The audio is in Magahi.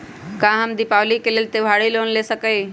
का हम दीपावली के लेल त्योहारी लोन ले सकई?